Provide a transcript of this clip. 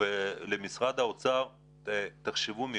משרד האוצר, תחשבו.